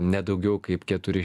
ne daugiau kaip keturi